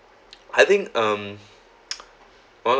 I think um one of